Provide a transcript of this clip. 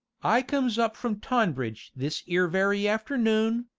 i comes up from tonbridge this ere very afternoon,